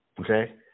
Okay